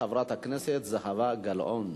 חברת הכנסת זהבה גלאון.